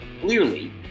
Clearly